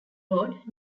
road